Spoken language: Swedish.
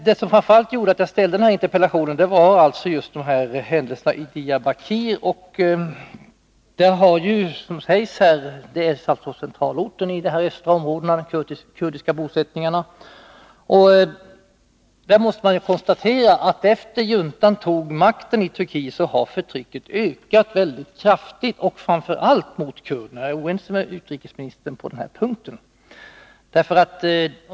Det som framför allt gjorde att jag framställde min interpellation var emellertid händelserna i Diyarbakir, centralorten för de kurdiska bosättningarna i de östra områdena. Man måste konstatera att efter det att juntan tog makten i Turkiet har förtrycket ökat mycket kraftigt, framför allt mot kurderna. Jag är alltså oense med utrikesministern på den punkten.